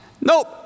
Nope